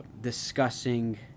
discussing